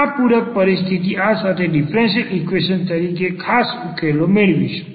આ પૂરક પરિસ્થિતિ ઓ સાથે ડીફરન્સીયલ ઈક્વેશન તરીકે આપણે ખાસ ઉકેલો મેળવીશું